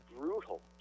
brutal